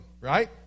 right